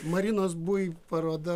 marinos bui paroda